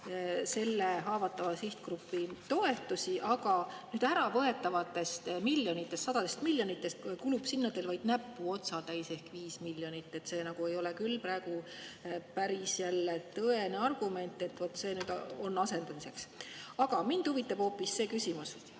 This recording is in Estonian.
selle haavatava sihtgrupi toetusi, aga äravõetavatest miljonitest, sadadest miljonitest, kulub teil sinna vaid näpuotsatäis ehk 5 miljonit. See ei ole küll praegu päris tõene argument, et vot see nüüd on asendamiseks. Aga mind huvitab hoopis see küsimus.